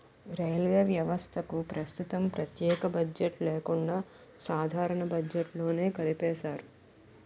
railway వ్యవస్థకు ప్రస్తుతం ప్రత్యేక బడ్జెట్ లేకుండా సాధారణ బడ్జెట్లోనే కలిపేశారు